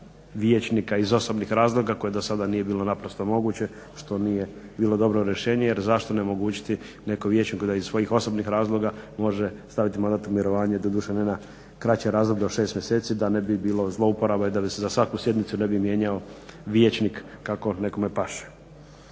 iz osobnih razloga, koje dosada nije bilo naprosto moguće što nije bilo dobro rješenje jer zašto onemogućiti nekom vijećniku da iz svojih osobnih razloga može staviti mandat u mirovanje, doduše ne na kraće razdoblje od 6 mjeseci da ne bi bilo zlouporaba i da se za svaku sjednicu ne bi mijenjao vijećnik kako nekome paše.